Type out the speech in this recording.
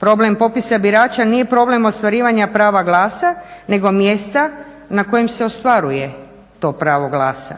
Problem popisa birača nije problem ostvarivanja prava glasa nego mjesta na kojem se ostvaruje to pravo glasa.